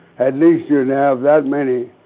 at least you'd have that many